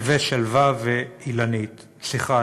"נווה שלווה" ו"אילנית" סליחה,